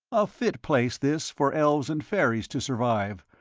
a fit place this for elves and fairies to survive,